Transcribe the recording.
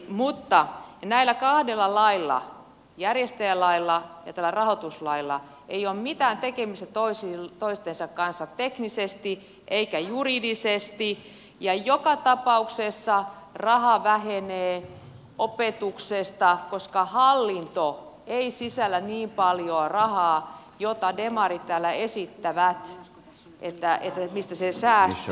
mutta näillä kahdella lailla järjestäjälailla ja tällä rahoituslailla ei ole mitään tekemistä toistensa kanssa teknisesti eikä juridisesti ja joka tapauksessa raha vähenee opetuksesta koska hallinto ei sisällä niin paljoa rahaa kuin demarit täällä esittävät että säästyy